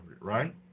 right